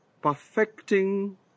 perfecting